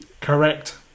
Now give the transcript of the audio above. Correct